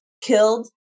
killed